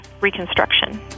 reconstruction